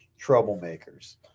troublemakers